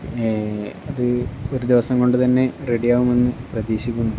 അത് ഒരു ദിവസം കൊണ്ട് തന്നെ റെഡി ആകുമെന്ന് പ്രതീക്ഷിക്കുന്നു